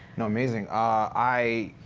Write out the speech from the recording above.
no, amazing. ah i